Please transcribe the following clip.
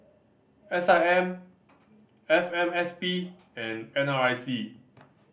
S I M F M S P and N R I C